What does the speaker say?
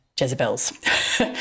Jezebels